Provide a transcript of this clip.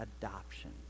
adoption